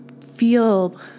feel